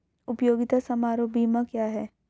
उपयोगिता समारोह बीमा क्या है?